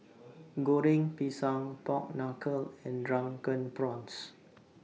Goreng Pisang Pork Knuckle and Drunken Prawns